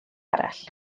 arall